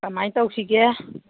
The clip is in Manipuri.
ꯀꯔꯃꯥꯏ ꯇꯧꯁꯤꯒꯦ